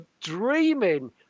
dreaming